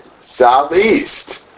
Southeast